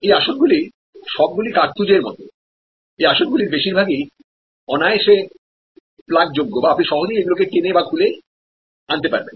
এই আসনগুলি সবগুলি কার্তুজের মতো এই আসনগুলির বেশিরভাগই অনায়াসে প্লাগযোগ্য বা আপনি সহজেই এগুলিকে টেনে বা খুলে আনতে পারবেন